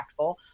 impactful